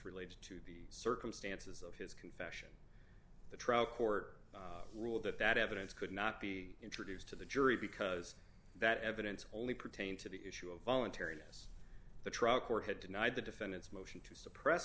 related to the circumstances of his confession the trial court ruled that that evidence could not be introduced to the jury because that evidence only pertained to the issue of voluntariness the trial court had denied the defendant's motion to suppress